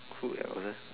who else uh